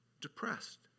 depressed